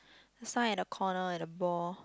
the sign at the corner and the ball